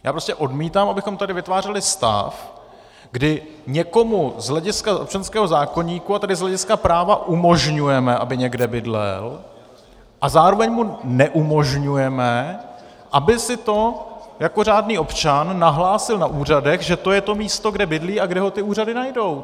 Já prostě odmítám, abychom tady vytvářeli stav, kdy někomu z hlediska občanského zákoníku, a tedy z hlediska práva, umožňujeme, aby někde bydlel, a zároveň mu neumožňujeme, aby si to jako řádný občan nahlásil na úřadech, že to je to místo, kde bydlí a kde ho ty úřady najdou.